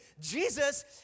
Jesus